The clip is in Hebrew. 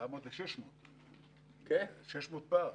600 פער.